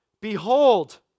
Behold